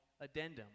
addendum